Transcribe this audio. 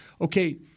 okay